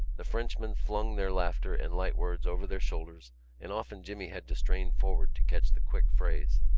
the frenchmen flung their laughter and light words over their shoulders and often jimmy had to strain forward to catch the quick phrase.